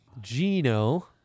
Gino